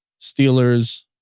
Steelers